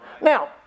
Now